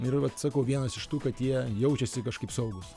ir vat sakau vienas iš tų kad jie jaučiasi kažkaip saugūs